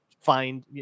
find